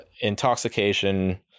intoxication